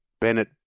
Bennett